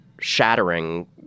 shattering